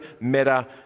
meta